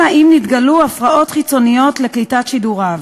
אלא אם כן התגלו הפרעות חיצוניות לקליטת שידוריו.